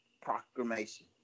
Proclamation